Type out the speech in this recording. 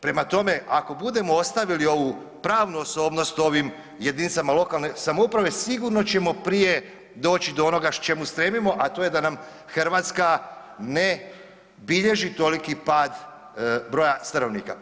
Prema tome, ako budemo ostavili ovu pravnu osobnost ovim jedinicama lokalne samouprave sigurno ćemo prije doći do onoga čemu stremimo, a to je da nam Hrvatska ne bilježi toliki pad broja stanovnika.